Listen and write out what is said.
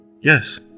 Yes